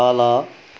तल